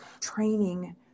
training